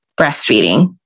breastfeeding